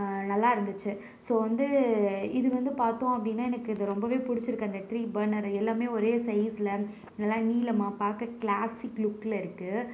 நல்லாருந்துச்சு ஸோ வந்து இது வந்து பார்த்தோம் அப்படினா எனக்கு இது ரொம்பவே பிடிச்சிருக்கு அந்த த்ரீ பர்னர் எல்லாமே ஒரே சைசில் எல்லாமே நீலமாக பார்க்க கிளாசிக் லுக்கில் இருக்குது